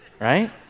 right